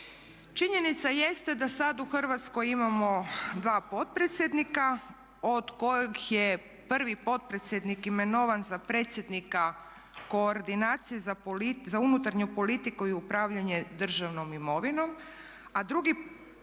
Činjenica jeste da sad u Hrvatskoj imamo dva potpredsjednika od kojih je prvi potpredsjednik imenovan za predsjednika koordinacije za unutarnju politiku i upravljanje državnom imovinom, a drugi predsjednikom